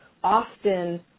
often